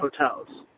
hotels